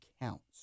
counts